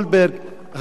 ואחר כך את ועדת-פראוור.